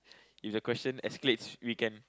if the question escalates we can